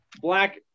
Black